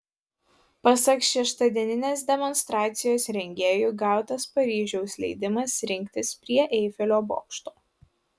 pasak šeštadieninės demonstracijos rengėjų gautas paryžiaus leidimas rinktis prie eifelio bokšto